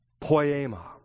poema